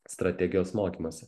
strategijos mokymuose